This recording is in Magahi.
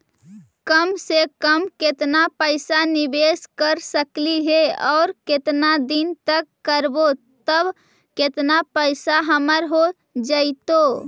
कम से कम केतना पैसा निबेस कर सकली हे और केतना दिन तक करबै तब केतना पैसा हमर हो जइतै?